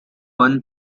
one